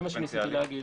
זה מה שניסיתי להגיד.